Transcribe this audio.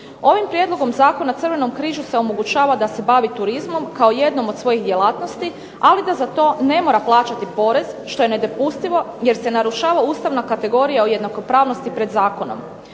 Ovim prijedlogom zakona Crvenom križu se omogućava da se bavi turizmom, kao jednom od svojih djelatnosti, ali da za to ne mora plaćati porez, što je nedopustivo, jer se narušava ustavna kategorija o jednakopravnosti pred zakonom.